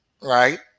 right